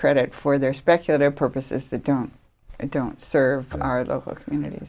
credit for their speculative purposes that don't don't serve our communit